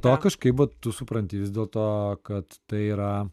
to kažkaip vat tu supranti vis dėl to kad tai yra